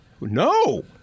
No